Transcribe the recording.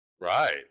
Right